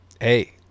Hey